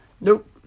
nope